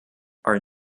are